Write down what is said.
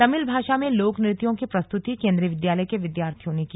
तमिल भाषा में लोक नृत्यों की प्रस्तुति केंद्रीय विद्यालय के विद्यार्थियों ने की